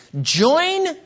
join